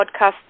Podcast